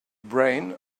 brain